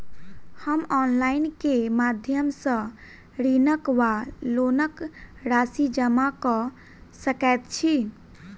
हम ऑनलाइन केँ माध्यम सँ ऋणक वा लोनक राशि जमा कऽ सकैत छी?